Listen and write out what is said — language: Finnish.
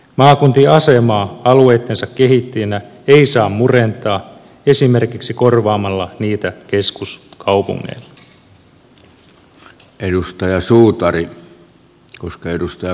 maakuntien asemaa alueittensa kehittäjinä ei saa murentaa esimerkiksi korvaamalla niitä keskuskaupungeilla